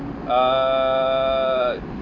err